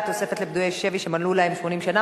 (תוספת לפדויי שבי שמלאו להם 80 שנים).